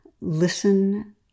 listen